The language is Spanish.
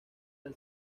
del